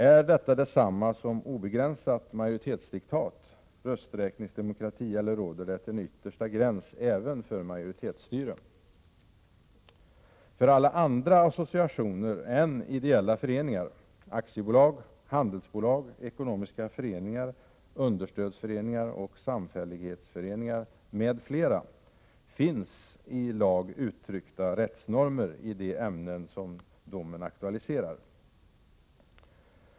Är demokrati detsamma som obegränsat majoritetsdiktat, rösträkningsdemokrati, eller råder det en yttersta gräns även för majoritetsstyre? För alla andra associationer än ideella föreningar — aktiebolag, handelsbolag, ekonomiska föreningar, understödsföreningar och samfällighetsföreningar m.fl. — finns i lag uttryckta rättsnormer i de ämnen som domen aktualiserar.